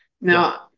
Now